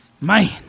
Man